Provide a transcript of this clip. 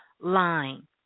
line